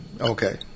Okay